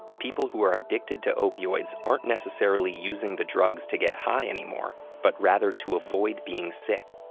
people who are addicted to opioids aren't necessarily using the drugs to get high anymore, but rather to avoid being sick.